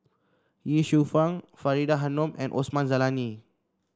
Ye Shufang Faridah Hanum and Osman Zailani